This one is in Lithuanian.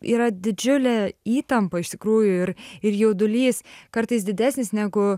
yra didžiulė įtampa iš tikrųjų ir ir jaudulys kartais didesnis negu